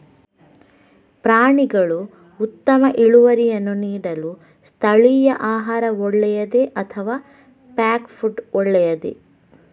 ಪ್ರಾಣಿಗಳು ಉತ್ತಮ ಇಳುವರಿಯನ್ನು ನೀಡಲು ಸ್ಥಳೀಯ ಆಹಾರ ಒಳ್ಳೆಯದೇ ಅಥವಾ ಪ್ಯಾಕ್ ಫುಡ್ ಒಳ್ಳೆಯದೇ?